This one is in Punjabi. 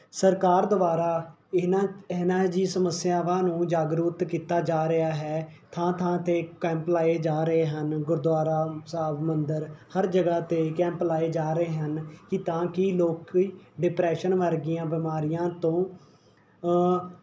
ਸਰਕਾਰ ਦੁਆਰਾ ਇਹਨਾਂ ਇਹਨਾਂ ਜੀ ਸਮੱਸਿਆਵਾਂ ਨੂੰ ਜਾਗਰੂਤ ਕੀਤਾ ਜਾ ਰਿਹਾ ਹੈ ਥਾਂ ਥਾਂ 'ਤੇ ਕੈਂਪ ਲਾਏ ਜਾ ਰਹੇ ਹਨ ਗੁਰਦੁਆਰਾ ਸਾਹਿਬ ਮੰਦਰ ਹਰ ਜਗ੍ਹਾ 'ਤੇ ਕੈਂਪ ਲਾਏ ਜਾ ਰਹੇ ਹਨ ਕਿ ਤਾਂ ਕਿ ਲੋਕ ਡਿਪਰੈਸ਼ਨ ਵਰਗੀਆਂ ਬਿਮਾਰੀਆਂ ਤੋਂ